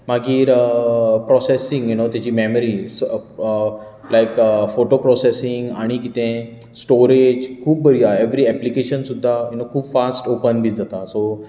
मागीर processing you know ताची memory like photo processing आनी कितें स्टोरेज खूब बरी आसा एवरी एप्लीकेशन सुद्दां यु नो खूब फास्ट ओपन बीन जाता